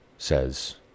says